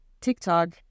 TikTok